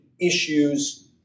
issues